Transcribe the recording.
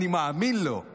אני מאמין לו,